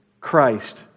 Christ